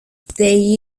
they